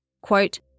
Quote